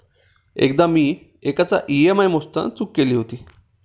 एकदा मी एकाचा ई.एम.आय मोजताना चूक केली होती